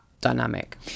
dynamic